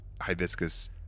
hibiscus